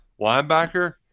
linebacker